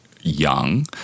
young